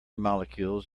molecules